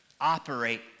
operate